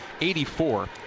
84%